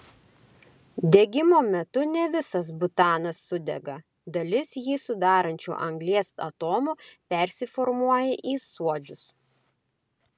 degimo metu ne visas butanas sudega dalis jį sudarančių anglies atomų persiformuoja į suodžius